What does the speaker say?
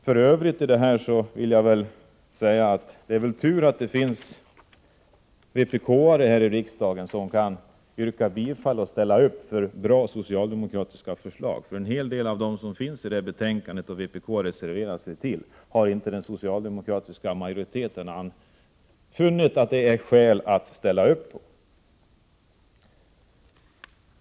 För övrigt vill jag säga att det är tur att det finns vpk:are här i riksdagen som kan yrka bifall till och ställa upp för bra socialdemokratiska förslag. Det finns sådana som inte den socialdemokratiska majoriteten funnit skäl att ställa upp för.